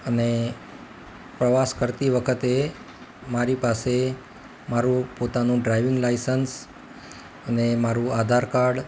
અને પ્રવાસ કરતી વખતે મારી પાસે મારું પોતાનું ડ્રાઇવિંગ લાઇસન્સ અને મારું આધાર કાર્ડ